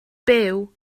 byw